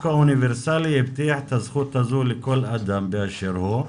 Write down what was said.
האוניברסלי הבטיח את הזכות הזו לכל אדם באשר הוא.